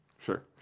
Sure